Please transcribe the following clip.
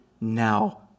Now